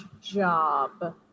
job